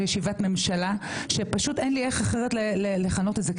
זה לא נכון?